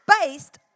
based